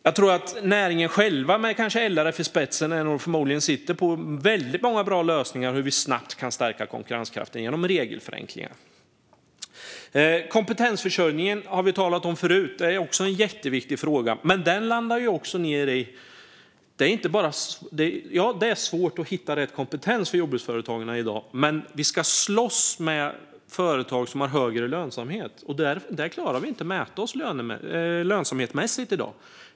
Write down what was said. Jag tror att näringen själv, kanske med LRF i spetsen, förmodligen sitter på väldigt många bra lösningar för hur vi snabbt kan stärka konkurrenskraften genom regelförenklingar. Kompetensförsörjningen har vi talat om förut. Det är en jätteviktig fråga. Den landar i att det är svårt att i dag hitta rätt kompetens för jordbruksföretagen. Vi ska slåss med företag som har högre lönsamhet. Där klarar vi inte att mäta oss lönsamhetsmässigt i dag.